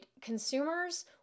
consumers